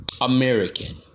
American